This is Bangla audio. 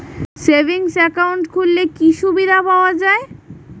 সেভিংস একাউন্ট খুললে কি সুবিধা পাওয়া যায়?